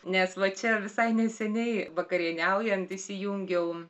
nes va čia visai neseniai vakarieniaujant įsijungiau